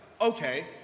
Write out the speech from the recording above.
okay